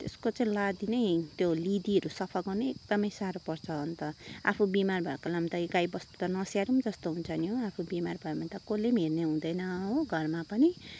त्यसको चाहिँ लादी नै त्यो लिदीहरू सफा गर्नु नै एकदम साह्रो पर्छ अन्त आफू बिमार भएको बेलामा त गाईबस्तु त नस्याहारौ जस्तो हुन्छ नि हौ आफू बिमार भयो भने त कसैले पनि हेर्ने हुँदैन हो घरमा पनि